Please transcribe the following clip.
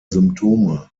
symptome